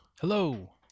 Hello